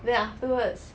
then afterwards